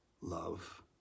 love